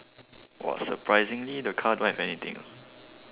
!wah! surprisingly the car don't have anything ah